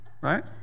Right